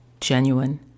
Genuine